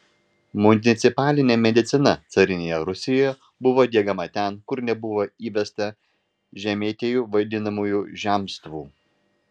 municipalinė medicina carinėje rusijoje buvo diegiama ten kur nebuvo įvesta žemietijų vadinamųjų zemstvų